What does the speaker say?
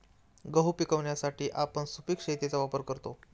गहू पिकवण्यासाठी आपण सुपीक शेतीचा वापर करतो